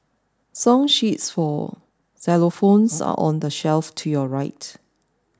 song sheets for xylophones are on the shelf to your right